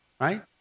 right